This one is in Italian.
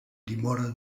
dimora